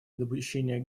недопущения